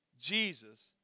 Jesus